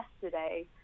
yesterday